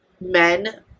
men